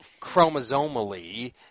Chromosomally